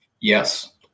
Yes